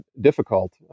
difficult